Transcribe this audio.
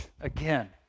again